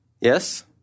Yes